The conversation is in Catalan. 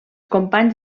companys